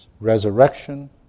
resurrection